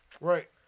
Right